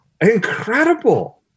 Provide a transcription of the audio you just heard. Incredible